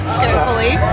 carefully